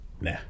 nah